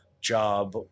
job